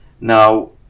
Now